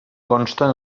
conste